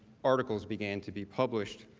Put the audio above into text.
articles began to be published.